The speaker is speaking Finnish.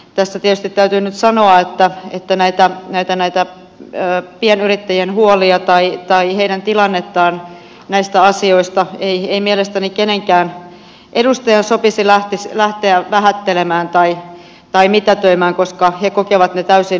tässä tietysti täytyy nyt sanoa että näitä pienyrittäjien huolia tai heidän tilannettaan näistä asioista ei mielestäni kenenkään edustajan sopisi lähteä vähättelemään tai mitätöimään koska he kokevat ne täysin aiheellisiksi